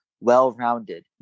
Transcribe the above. well-rounded